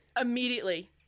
immediately